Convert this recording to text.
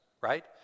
right